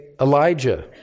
Elijah